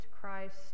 Christ